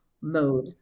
mode